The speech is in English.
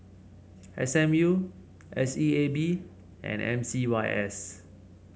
S M U S E A B and M C Y S